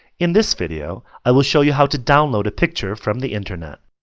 in this video i will show you how to download a picture from the internet.